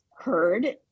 heard